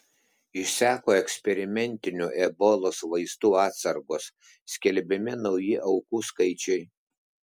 išseko eksperimentinių ebolos vaistų atsargos skelbiami nauji aukų skaičiai